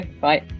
bye